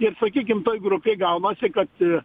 ir sakykim grupė gaunasi kad i